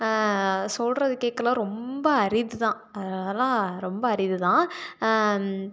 சொல்கிறது கேட்கலாம் ரொம்ப அரிது தான் அதெலாம் ரொம்ப அரிது தான்